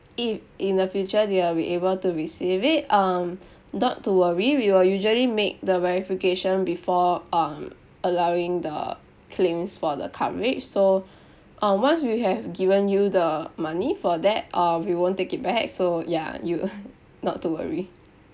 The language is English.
if in the future they will be able to receive it um not to worry we will usually make the verification before um allowing the claims for the coverage so um once we have given you the money for that uh we won't take it back so ya you not to worry